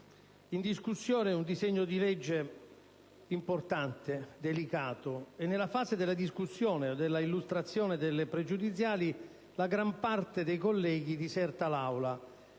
in discussione un disegno di legge importante e delicato, ma nella fase della discussione e dell'illustrazione delle pregiudiziali la gran parte dei colleghi diserta l'Assemblea.